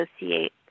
associate